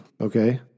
okay